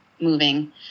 moving